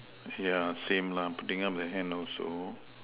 yeah same lah putting up the hand also